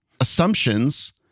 assumptions